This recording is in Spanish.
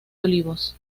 olivos